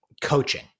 coaching